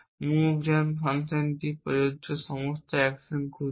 move জেন ফাংশনটি প্রযোজ্য সমস্ত অ্যাকশন খুঁজছে